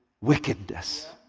wickedness